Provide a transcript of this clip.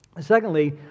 Secondly